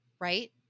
right